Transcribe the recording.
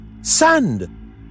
Sand